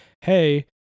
Hey